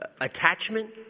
attachment